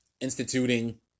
Instituting